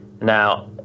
Now